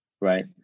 right